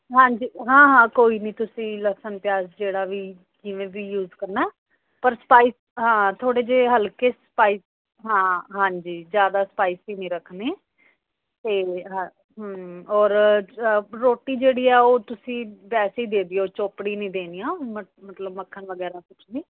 ਹਾਂਜੀ ਹਾਂ ਹਾਂ ਕੋਈ ਨਹੀਂ ਤੁਸੀਂ ਲਸਣ ਪਿਆਜ ਜਿਹੜਾ ਵੀ ਜਿਵੇਂ ਵੀ ਯੂਜ ਕਰਨਾ ਪਰ ਸਪਾਈਸ ਹਾਂ ਥੋੜ੍ਹੇ ਜਿਹੇ ਹਲਕੇ ਸਪਾਈਸ ਹਾਂ ਹਾਂਜੀ ਜ਼ਿਆਦਾ ਸਪਾਈਸੀ ਨਹੀਂ ਰੱਖਣੇ ਅਤੇ ਹਾਂ ਹਮ ਔਰ ਰੋਟੀ ਜਿਹੜੀ ਹੈ ਉਹ ਤੁਸੀਂ ਵੈਸੇ ਹੀ ਦੇ ਦਿਓ ਚੋਪੜੀ ਨਹੀਂ ਦੇਣੀਆਂ ਮਤ ਮਤਲਬ ਮੱਖਣ ਵਗੈਰਾ ਕੁਛ ਨਹੀਂ